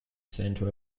center